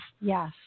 Yes